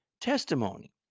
testimony